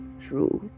Truth